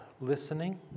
listening